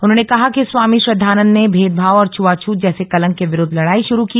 उन्होंने कहा कि स्वामी श्रद्वानंद ने भेदभाव और छुआछूत जैसे कलंक के विरूद्ध लडाई शुरू की